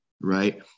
right